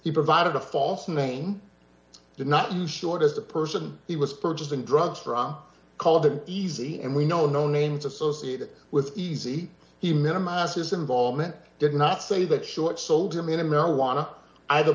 he provided a false name did not use short as the person he was purchasing drugs from called the easy and we know no names associated with easy he minimize his involvement did not say that short sold him in a marijuana either